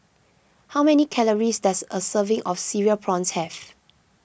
how many calories does a serving of Cereal Prawns have